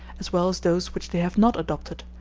as well as those which they have not adopted,